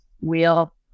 wheel